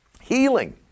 healing